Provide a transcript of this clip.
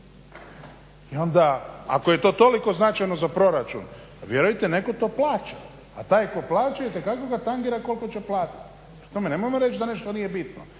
I onda ako je to toliko značajno za proračun vjerujte netko to plaća, a taj tko plaća itekako ga tangira koliko će platit. Prema tome, nemojmo reći da nešto nije bitno.